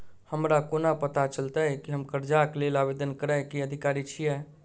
हमरा कोना पता चलतै की हम करजाक लेल आवेदन करै केँ अधिकारी छियै?